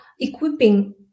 equipping